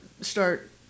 start